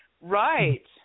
Right